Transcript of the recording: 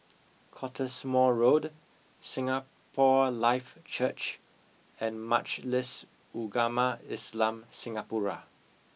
Cottesmore Road Singapore Life Church and Majlis Ugama Islam Singapura